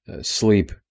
sleep